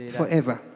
forever